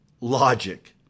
logic